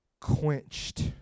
quenched